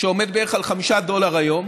עומד בערך על 5 דולר היום.